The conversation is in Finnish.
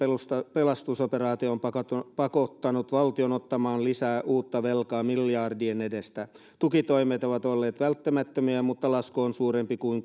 pelastusoperaatio on pakottanut pakottanut valtion ottamaan lisää uutta velkaa miljardien edestä tukitoimet ovat olleet välttämättömiä mutta lasku on suurempi kuin